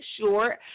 sure